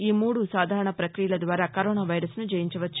ఈ మూడు సాధారణ ప్రక్రియల ద్వారా కరోనా వైరస్ను జయించవచ్చు